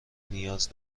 نیاز